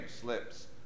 slips